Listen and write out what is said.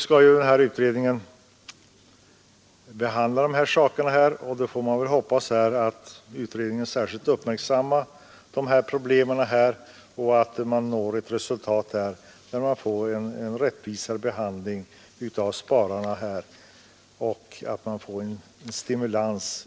Skatteutredningen skall behandla dessa frågor, och vi hoppas att utredningen särskilt uppmärksammar dessa problem och lägger fram förslag som kan medföra en rättvisare behandling av spararna och en stimulans